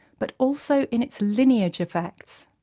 but also in its lineage effects.